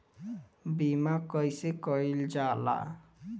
बीमा कइसे कइल जाला?